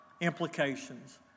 implications